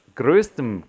größtem